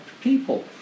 people